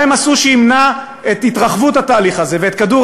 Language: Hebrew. מה הם עשו שימנע את התרחבות התהליך הזה ואת כדור